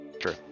True